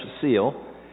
seal